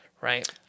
right